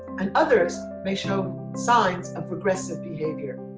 and others may show signs of regressive behavior.